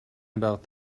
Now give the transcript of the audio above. about